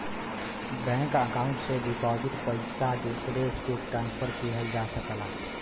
bank account से deposit पइसा दूसरे के ट्रांसफर किहल जा सकला